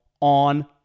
on